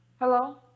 Hello